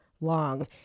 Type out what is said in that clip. long